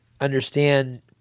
understand